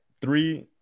Three